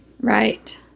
Right